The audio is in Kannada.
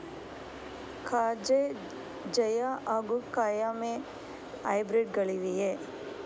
ಕಜೆ ಜಯ ಹಾಗೂ ಕಾಯಮೆ ಹೈಬ್ರಿಡ್ ಗಳಿವೆಯೇ?